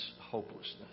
hopelessness